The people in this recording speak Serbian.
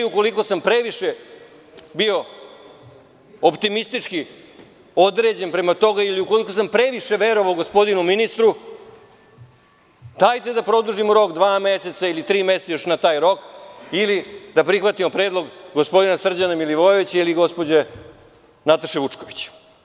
Ukoliko sam previše bio optimistički određen prema tome ili ukoliko sam previše verovao gospodinu ministru, dajte da produžimo rok dva ili tri meseca ili da prihvatimo predlog gospodina Srđana Milivojevića ili gospođe Nataše Vučković.